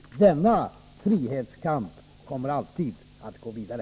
Denna frihetskamp kommer alltid att gå vidare.